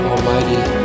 Almighty